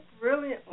brilliantly